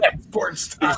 sports